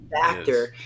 factor